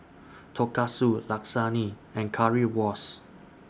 Tonkatsu Lasagne and Currywurst